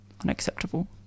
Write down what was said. unacceptable